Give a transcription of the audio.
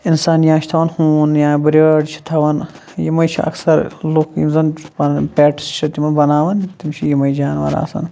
اِنسان یا چھِ تھاوان ہوٗن یا برٛٲڑ چھِ تھاوان یِمَے چھِ اکَثر لُکھ یِم زَنہٕ پَنٕنۍ پٮ۪ٹٕس چھِ تِمہٕ بناوان تِم چھِ یِمَے جانوَر آسان